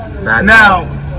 Now